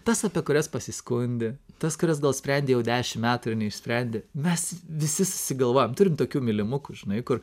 tas apie kurias pasiskundi tas kurias gal sprendi jau dešimt metų ir neišsprendi mes visi susigalvojam turim tokių mylimukų žinai kur